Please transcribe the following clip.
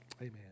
Amen